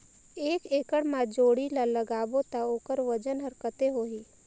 एक एकड़ मा जोणी ला लगाबो ता ओकर वजन हर कते होही?